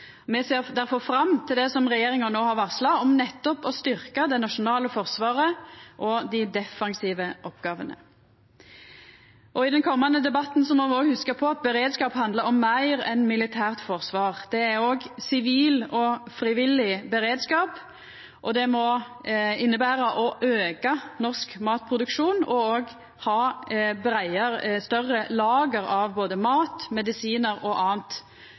Me ser difor fram til det regjeringa no har varsla om å styrkja det nasjonale forsvaret og dei defensive oppgåvene. I den komande debatten må me òg hugsa på at beredskap handlar om meir enn militært forsvar. Det er òg sivil og frivillig beredskap, og det må innebere å auka den norske matproduksjonen og ha større lager av både mat, medisinar og